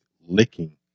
licking